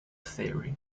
theory